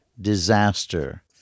Disaster